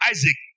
Isaac